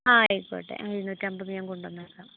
ആയിക്കൊട്ടെ ആ ഇരുന്നൂറ്റി അമ്പത് ഞാൻ കൊണ്ടുവന്നേക്കാം